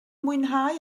mwynhau